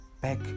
Back